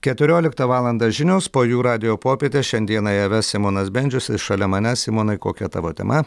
keturioliktą valandą žinios po jų radijo popietė šiandieną ją ves simonas bendžius šalia manęs simonai kokia tavo tema